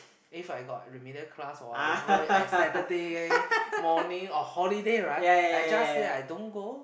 If I got remedial class or whatever at Saturday morning or holiday right I just say I don't go